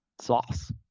Sauce